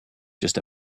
just